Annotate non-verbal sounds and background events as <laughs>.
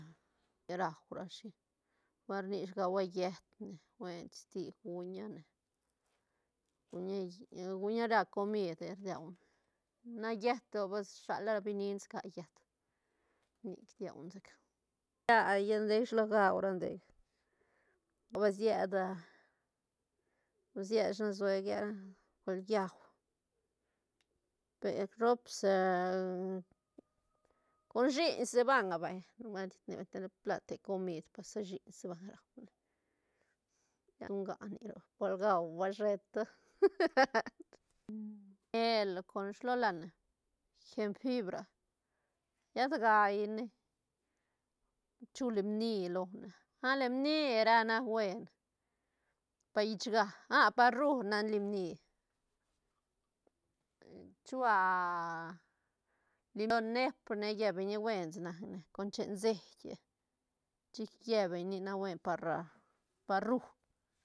Rau rashi nubuelt rnishi gagua yët ne buentis guña ne guña- guña ra comide rduane na yët to ba shala ra binin seca yët nic rduane chic <unintelligible> ndec shilo gau ra ndec pues sied <hesitation> pues sied shan suegra col llau pe ropsi <hesitation> <noise> con shiñsi banga vay nubuelt siet ne banga lo te plan comid pasi shiñ si banga rau ne su nga nic roc bal gau bal sheta <laughs> <unintelligible> con shilo lane genfibra llet gaine chu lim ni lone ah lim ni ra nac buen pa llechga ah par rú nac lim ni <hesitation> chua lo neep ne lle beñ buen sa nacne con chen seit chic lle beñ nic nac buen par <hesitation> rú.